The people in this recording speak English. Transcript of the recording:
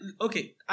Okay